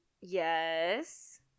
Yes